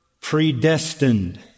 predestined